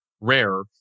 rare